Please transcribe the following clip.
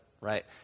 right